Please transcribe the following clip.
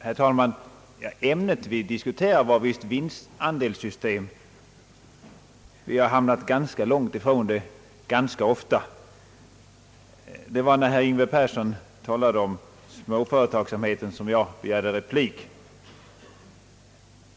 Herr talman! Ämnet vi diskuterar var visst vinstandelssystem. Vi har hamnat ganska långt från det, och det rätt ofta. Det var när herr Yngve Persson talade om småföretagsamheten som jag begärde replik.